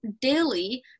daily